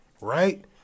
right